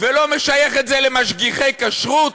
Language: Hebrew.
ולא משייך את זה למשגיחי כשרות,